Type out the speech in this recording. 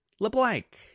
LeBlanc